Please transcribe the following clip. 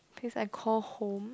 place I call home